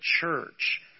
church